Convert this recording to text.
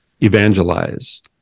evangelize